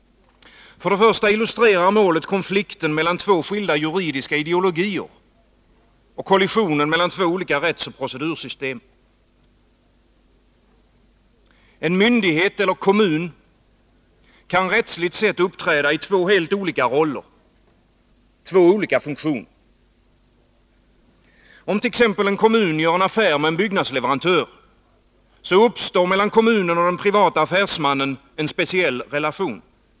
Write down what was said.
För det första illustrerar målet konflikten mellan två skilda juridiska ideologier och kollisioner mellan två olika rättsoch procedursystem. En myndighet eller kommun kan rättsligt sett uppträda i två helt olika roller, två olika funktioner. Om t.ex. en kommun gör en affär med en byggnadsleverantör, uppstår mellan kommunen och den private affärsmannen en speciell relation.